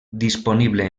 disponible